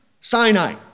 Sinai